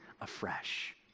afresh